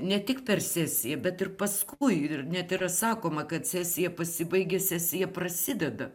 ne tik per sesiją bet ir paskui ir net yra sakoma kad sesija pasibaigė sesija prasideda